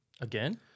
Again